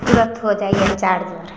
तुरत हो जाइ यऽ चार्जर